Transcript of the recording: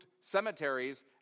cemeteries